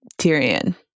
Tyrion